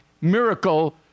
miracle